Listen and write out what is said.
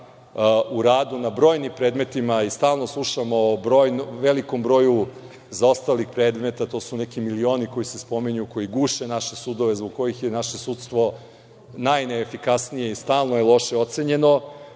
u radu na brojnim predmetima. Mi stalno slušamo o velikom broju zaostalih predmeta, to su neki milioni koji se spominju, koji guše naše sudove, zbog kojih je naše sudstvo najneefikasnije, stalno je loše ocenjeno.